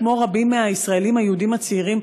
כמו רבים מהישראלים היהודים הצעירים,